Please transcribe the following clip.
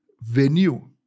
venue